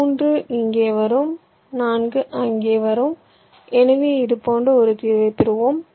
3 இங்கே வரும் 4 அங்கு வரும் எனவே இது போன்ற ஒரு தீர்வைப் பெறுவோம்